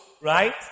right